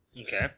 Okay